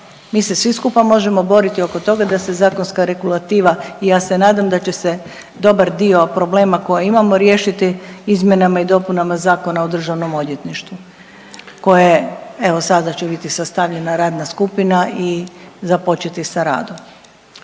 Mi se svi skupa možemo boriti oko toga da se zakonska regulativa i ja se nadam da će se dobar dio problema koje imamo riješiti izmjenama i dopunama Zakona o Državnom odvjetništvu koje evo sada će biti sastavljena radna skupina i započeti sa radom.